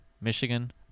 Michigan